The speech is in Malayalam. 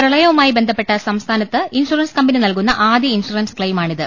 പ്രളയവുമായി ബന്ധപ്പെട്ട് സംസ്ഥാനത്ത് ഇൻഷുറൻസ് കമ്പനി നൽകുന്ന ആദ്യ ഇൻഷുറൻസ് ക്ലെയിമാണിത്